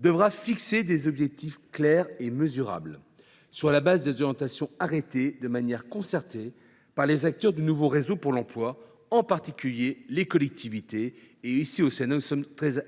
devra reposer sur des objectifs clairs et mesurables, établis sur le fondement des orientations arrêtées de manière concertée par les acteurs du nouveau réseau pour l’emploi, en particulier les collectivités locales – nous serons très vigilants